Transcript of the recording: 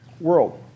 world